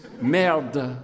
Merde